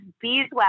beeswax